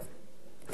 צהריים טובים,